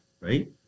right